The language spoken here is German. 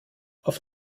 auf